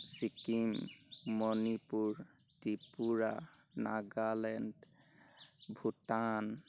Sikkim Manipur Tripura Nagaland Bhutan